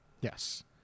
Yes